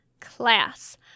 class